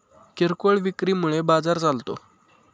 किरकोळ विक्री मुळे बाजार चालतो